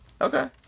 Okay